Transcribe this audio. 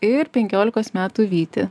ir penkiolikos metų vytį